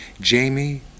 Jamie